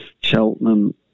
Cheltenham